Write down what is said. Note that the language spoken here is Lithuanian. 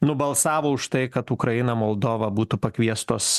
nubalsavo už tai kad ukraina moldova būtų pakviestos